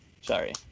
Sorry